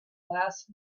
last